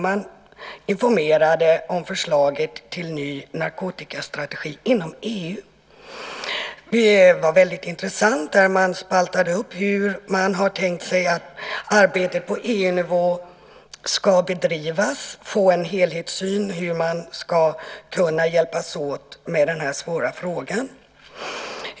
Man informerade om förslaget till ny narkotikastrategi inom EU. Det var väldigt intressant. Man spaltade upp hur man har tänkt sig att arbetet på EU-nivå ska bedrivas. Det handlar om att få en helhetssyn och om hur man ska kunna hjälpas åt med den här svåra frågan.